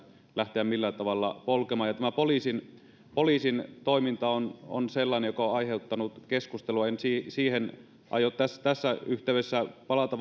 lähteä millään tavalla polkemaan tämä poliisin toiminta on on sellainen asia joka on on aiheuttanut keskustelua en siihen aio tässä yhteydessä palata